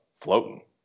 floating